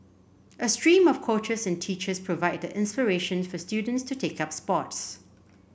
a stream of coaches and teachers provide the inspiration for students to take up sports